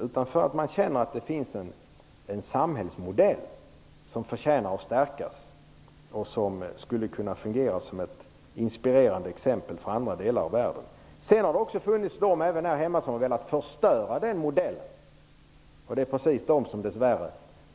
Skälet är i stället att man känner att det finns en samhällsmodell som förtjänar att stärkas och som skulle kunna fungera som ett inspirerande exempel för andra delar av världen. Det har funnits personer - även här hemma - som har velat förstöra den modellen. Det är de som dessvärre